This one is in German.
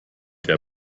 der